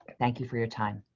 thank you for your time.